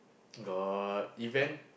got event